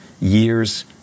years